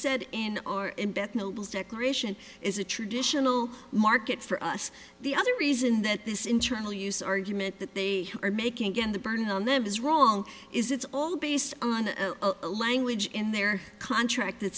bethnal declaration is a traditional market for us the other reason that this internal use argument that they are making again the burden on them is wrong is it's all based on a language in their contract that